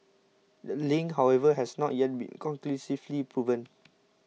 the link however has not yet been conclusively proven